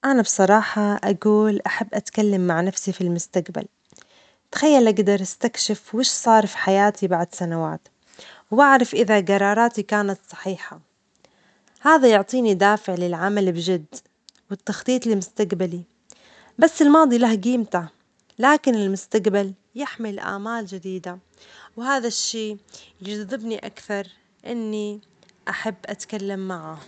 أنا بصراحة أقول أحب أتكلم مع نفسي في المستقبل، تخيل أجدر استكشف وش صار في حياتي بعد سنوات وأعرف إذا جراراتي كانت صحيحة، هذا يعطيني دافع للعمل بجد والتخطيط المستجبلي، بس الماضي له جيمته، لكن المستجبل يحمل آمال جديدة، وهذا الشيء يجذبني أكثر، إني أحب أتكلم معاه.